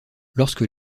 lorsque